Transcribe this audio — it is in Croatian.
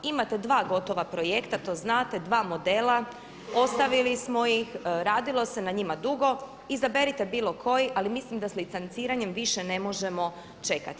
Imate dva gotova projekta to znate, dva modela, ostavili smo ih, radilo se na njima dugo, izaberite bilo koji ali mislim da s licenciranjem više ne možemo čekati.